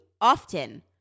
often